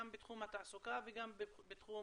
גם בתחום התעסוקה וגם בתחום